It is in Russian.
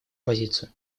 позицию